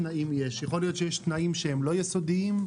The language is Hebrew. יכול להיות שיש תנאים שהם לא יסודיים,